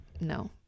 No